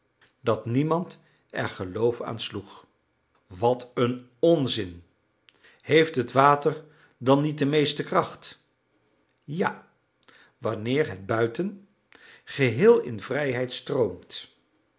dat niemand er geloof aan sloeg wat een onzin heeft het water dan niet de meeste kracht ja wanneer het buiten geheel in vrijheid stroomt